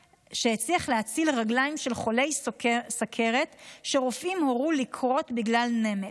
להציל רגליים של חולי סכרת שרופאים הורו לכרות בגלל נמק.